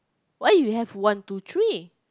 why you have one two three